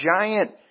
giant